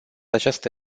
această